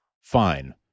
fine